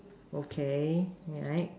okay need I